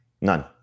None